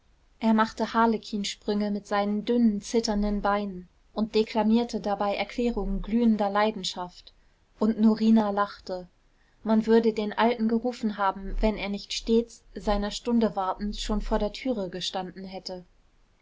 er machte harlekinsprünge mit seinen dünnen zitternden beinen und deklamierte dabei erklärungen glühender leidenschaft und norina lachte man würde den alten gerufen haben wenn er nicht stets seiner stunde wartend schon vor der türe gestanden hätte